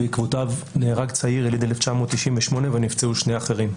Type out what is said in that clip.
בעקבותיו נהרג צעיר יליד 1998 ונפצעו שני אחרים.